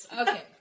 Okay